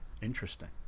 Interesting